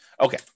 Okay